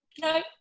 No